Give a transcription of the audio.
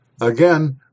Again